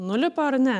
nulipa ar ne